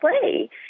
play